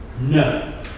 No